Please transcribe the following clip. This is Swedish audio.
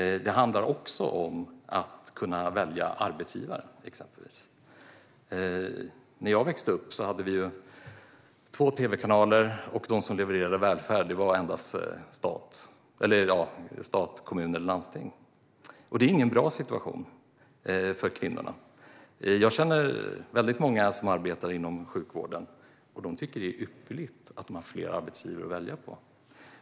Det handlar också om att exempelvis kunna välja arbetsgivare. När jag växte upp hade vi två tv-kanaler, och det var enbart stat, kommuner och landsting som levererade välfärd. Det är ingen bra situation för kvinnorna. Jag känner väldigt många som arbetar inom sjukvården, och de tycker att det är ypperligt att de har fler arbetsgivare att välja på.